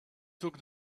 took